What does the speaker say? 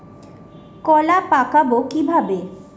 কলা পাকাবো কিভাবে?